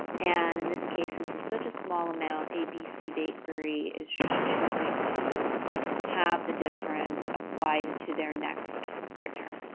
and in this case, since it's such a small amount, abc bakery is just choosing to have the difference applied to their next return.